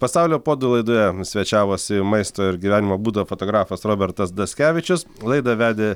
pasaulio puodų laidoje svečiavosi maisto ir gyvenimo būdo fotografas robertas daskevičius laidą vedė